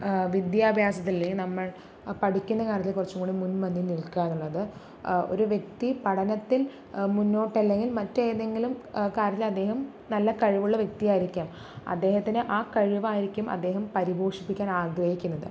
വിദ്യാഭ്യാസത്തില് നമ്മള് പഠിക്കുന്ന കാര്യത്തില് കുറച്ചുകൂടി മുന്പന്തിയില് നില്ക്കാറുള്ളത് ഒരു വ്യക്തി പഠനത്തില് മുന്നോട്ടല്ലെങ്കില് മറ്റേതെങ്കിലും കാര്യത്തില് അദ്ദേഹം നല്ല കഴിവുള്ള വ്യക്തിയായിരിക്കാം അദ്ദേഹത്തിന് ആ കഴിവായിരിക്കും അദ്ദേഹം പരിപോഷിപ്പിക്കാന് ആഗ്രഹിക്കുന്നത്